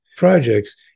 Projects